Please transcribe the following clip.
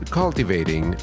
cultivating